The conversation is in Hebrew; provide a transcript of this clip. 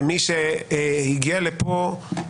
ומי שהגיע לפה,